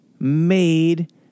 Made